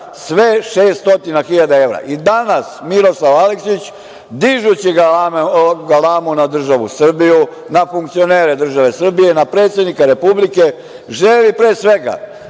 sve 600 hiljada evra. Danas Miroslav Aleksić, dižući galamu na državu Srbiju, na funkcionere države Srbije, na predsednika Republike, želi, pre svega,